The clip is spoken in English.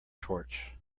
torch